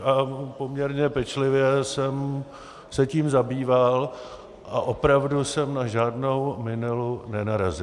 A poměrně pečlivě jsem se tím zabýval a opravdu jsem na žádnou minelu nenarazil.